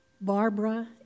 Barbara